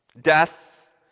Death